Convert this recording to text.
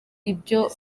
ibyo